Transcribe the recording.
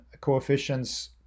coefficients